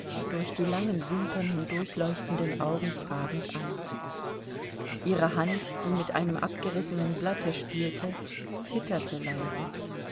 durch die langen wimpern hindurchleuchtenden augen fragend an ihre hand die mit einem abgerissenen blatte spielte zitterte leise